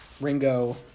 Ringo